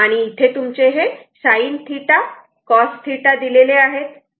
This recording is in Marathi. आणि इथे तुमचे हे sinθ cos θ दिलेले आहेत